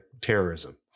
terrorism